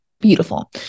beautiful